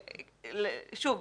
שוב,